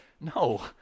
no